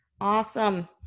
Awesome